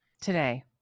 today